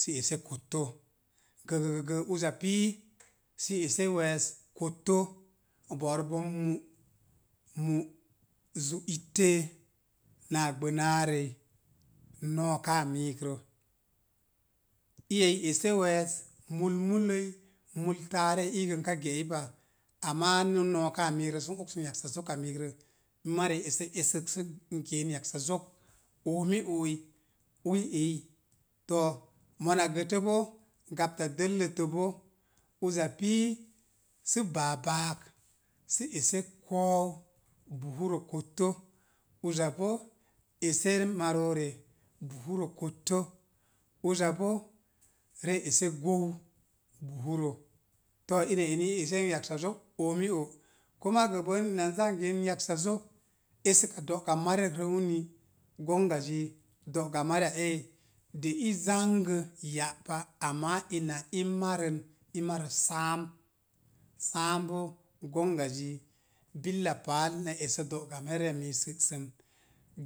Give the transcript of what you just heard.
Sə ese kotto, gəggəgəə uza pii sə ese we̱e̱s kotto bo'ro bon mu'mu zu itteé náá gbənaarəi. No̱a̱káá miikrə iya i ese we̱e̱s mul uloi mul taarəi ii gə nka ge-ei pa ama ni no̱o̱káá sə n oksun yaksa zoka miikrə mariya i ese esék sə n geen yaksa zok o̱mi o'oi ui ei. Too mona gətə bo gapta dəllətrə bo, uza pii sə baa báák sə ese ko̱o̱u buhuro kotto, uza bo ese marore buhuro kotto, uzo bo re ese gou buhuro to̱o̱ ina ina eni ese en yaksa zok omi o’ kama gəbən ina n za gəən yaksa zok, esəka do'ga marirə uki, gongazi do'ga mariya ei de'i zange ya'pa ama ina i marən i marə sáám, sáám boo gongazi billa páál na esə do'ga mariya mii sə'səm